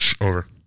over